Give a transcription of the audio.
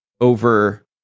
over